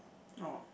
oh